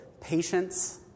patience